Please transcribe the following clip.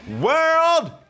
world